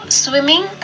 swimming